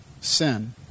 sin